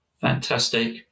Fantastic